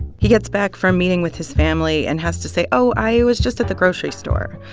he gets back from meeting with his family and has to say, oh, i was just at the grocery store.